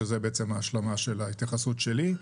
שזה בעצם ההשלמה להתייחסות שלי.